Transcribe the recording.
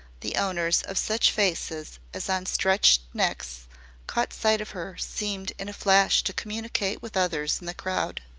the owners of such faces as on stretched necks caught sight of her seemed in a flash to communicate with others in the crowd.